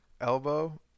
elbow